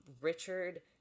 Richard